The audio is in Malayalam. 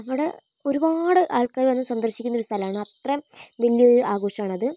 അവടെ ഒരുപാട് ആൾക്കാർ വന്ന് സന്ദർശിക്കുന്നൊരു സ്ഥലമാണ് അത്രയും വലിയൊരു ആഘോഷമാണത്